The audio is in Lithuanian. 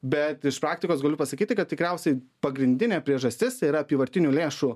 bet iš praktikos galiu pasakyti kad tikriausiai pagrindinė priežastis tai yra apyvartinių lėšų